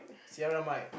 sierra mike